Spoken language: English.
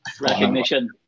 Recognition